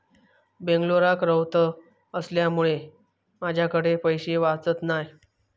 बेंगलोराक रव्हत असल्यामुळें माझ्याकडे पैशे वाचत नाय